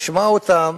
אשמע אותם.